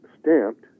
stamped